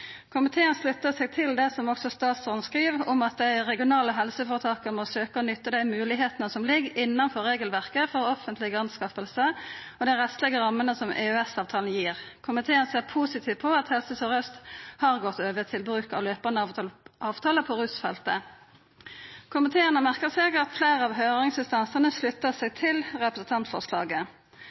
Komiteen sluttar seg til det som også statsråden skriv om at dei regionale helseføretaka må søkja å nytta dei moglegheitene som ligg innanfor regelverket for offentlege innkjøp og dei rettslege rammene som EØS-avtalen gir. Komiteen ser positivt på at Helse Sør-Øst har gått over til å bruka fortløpande avtalar på rusfeltet. Komiteen har merka seg at fleire av høyringsinstansane sluttar seg til representantforslaget.